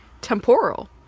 temporal